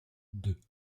deux